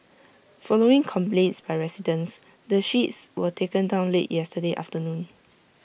following complaints by residents the sheets were taken down late yesterday afternoon